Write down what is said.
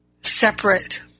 separate